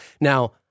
Now